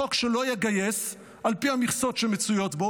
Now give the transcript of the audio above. חוק שעל פי המכסות שמצויות בו